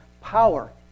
power